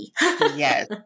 Yes